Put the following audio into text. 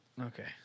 Okay